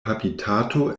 habitato